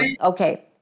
Okay